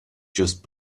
just